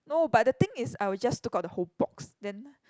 no but the thing is I would just took out the whole box then